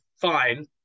fine